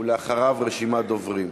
ואחריו, רשימת דוברים.